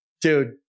dude